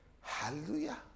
Hallelujah